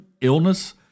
illness